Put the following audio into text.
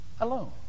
Alone